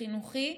חינוכי,